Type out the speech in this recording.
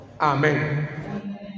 Amen